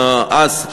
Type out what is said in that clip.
אז,